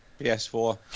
PS4